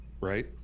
right